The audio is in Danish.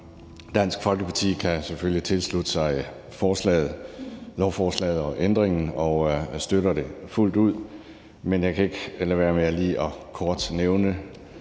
Dansk Folkeparti kan selvfølgelig tilslutte sig lovforslaget og ændringen og støtter det fuldt ud. Men jeg kan ikke lade være med